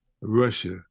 Russia